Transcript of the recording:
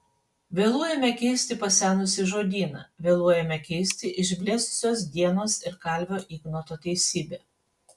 vėluojame keisti pasenusį žodyną vėluojame keisti išblėsusios dienos ir kalvio ignoto teisybę